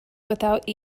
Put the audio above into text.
without